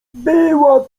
była